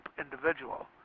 individual